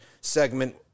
segment